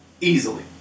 Easily